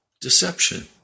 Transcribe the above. Deception